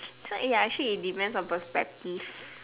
so ya it actually depends on perspective